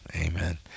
Amen